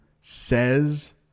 says